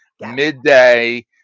midday